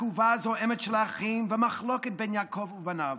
התגובה הזועמת של האחים והמחלוקת בין יעקב ובניו.